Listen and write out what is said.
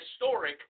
historic